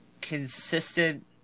consistent